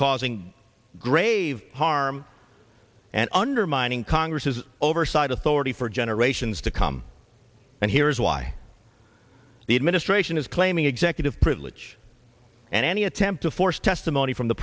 causing grave harm and undermining congress's oversight authority for generations to come and here is why the administration is claiming executive privilege and any attempt to force testimony from the